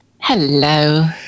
Hello